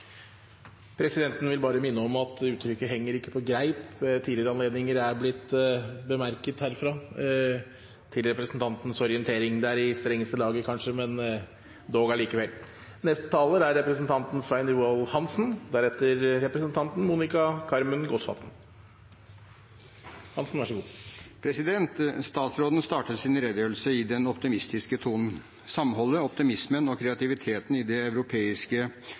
Presidenten vil, til representantens orientering, bare minne om at uttrykket «henger ikke på greip» ved tidligere anledninger er blitt bemerket herfra. Det er i strengeste laget, kanskje, men allikevel. Statsråden startet sin redegjørelse i en optimistisk tone: «Samholdet, optimismen og kreativiteten i det europeiske samarbeidet er betydelig større enn for bare ett år siden.» Det er jeg enig i. Men det